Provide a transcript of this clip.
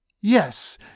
Yes